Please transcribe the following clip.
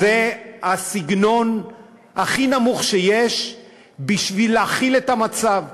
זה הסגנון הכי נמוך שיש בשביל להכיל את המצב.